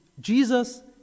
Jesus